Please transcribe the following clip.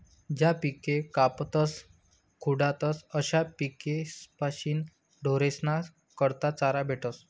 ज्या पिके कापातस खुडातस अशा पिकेस्पाशीन ढोरेस्ना करता चारा भेटस